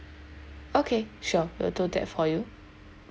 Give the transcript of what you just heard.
okay sure will do that for you